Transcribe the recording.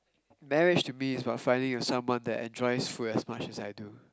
marriage to me is about finding a someone that enjoys food as much as I do